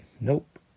Nope